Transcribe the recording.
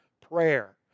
prayer